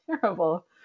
terrible